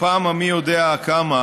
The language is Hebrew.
בפעם המי יודע כמה,